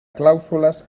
clàusules